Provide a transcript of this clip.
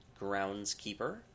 Groundskeeper